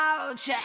Ouch